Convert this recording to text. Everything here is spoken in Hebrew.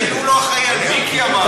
לטובתו.